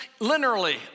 linearly